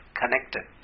connected